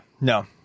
no